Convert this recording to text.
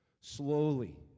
slowly